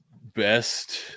best